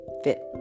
fit